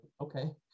okay